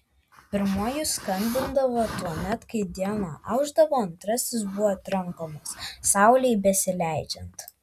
pirmuoju skambindavo tuomet kai diena aušdavo antrasis buvo trankomas saulei besileidžiant